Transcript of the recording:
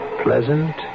Pleasant